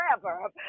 forever